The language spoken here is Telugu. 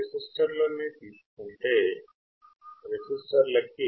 రెసిస్టర్లు గురించి మాట్లాడుకుందాం